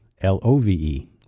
L-O-V-E